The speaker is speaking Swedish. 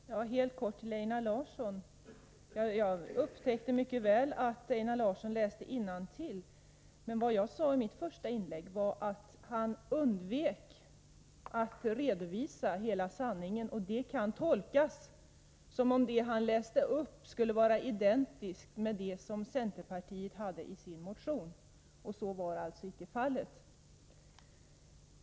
Herr talman! Jag vill säga några ord till Einar Larsson. Jag upptäckte mycket väl att Einar Larsson läste innantill. Vad jag sade i mitt första inlägg var att han undvek att redovisa hela sanningen och att det skulle kunna tolkas som om det han läste upp skulle vara identiskt med det centerpartiet skrev i sin motion. Så var alltså inte fallet.